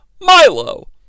Milo